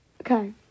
Okay